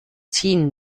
ziehen